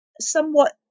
somewhat